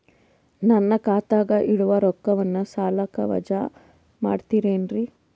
ನನ್ನ ಖಾತಗ ಇರುವ ರೊಕ್ಕವನ್ನು ಸಾಲಕ್ಕ ವಜಾ ಮಾಡ್ತಿರೆನ್ರಿ?